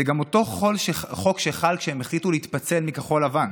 זה גם אותו חוק שחל כשהם החליטו להתפצל מכחול לבן.